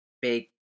big